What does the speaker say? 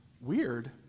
weird